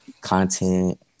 content